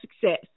success